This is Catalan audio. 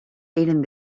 eren